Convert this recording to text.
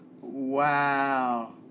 Wow